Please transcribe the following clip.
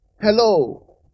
Hello